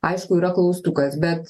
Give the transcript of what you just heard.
aišku yra klaustukas bet